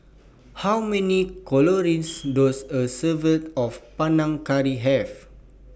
How Many Calories Does A Serving of Panang Curry Have